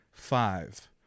Five